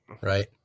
right